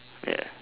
ya